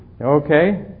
Okay